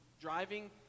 Driving